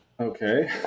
Okay